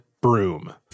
broom